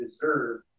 deserve